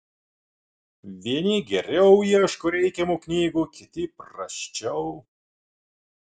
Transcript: vieni geriau ieško reikiamų knygų kiti prasčiau